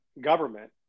government